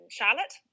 Charlotte